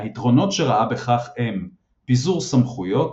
היתרונות שראה בכך הם פיזור סמכויות,